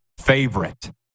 favorite